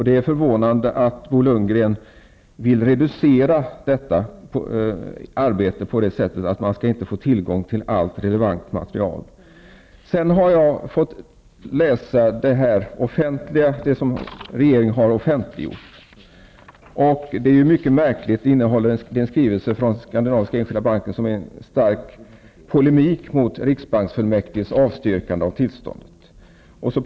Det är förvånande att Bo Lundgren vill reducera detta arbete och säger att man inte skall ha till gång till allt relevant material. Jag har faktiskt läst det som regeringen har offentligtgjort i detta ärende. Det är mycket märkligt. Det innehåller en skrivelse från SE-banken som är stark polemik mot riksbanksfullmäktiges avstyrkande av tillståndsansökan.